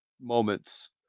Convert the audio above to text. moments